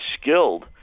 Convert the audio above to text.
skilled